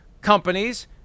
companies